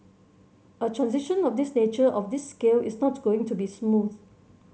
a transition of this nature of this scale is not going to be smooth